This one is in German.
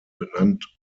benannt